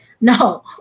No